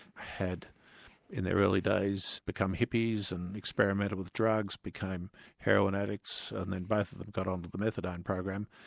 had in their early days become hippies and experimented with drugs, became heroin addicts, and then both of them got on to the methadone program,